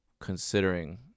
considering